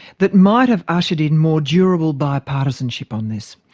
that might have ushered in more durable bipartisanship on this?